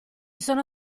sono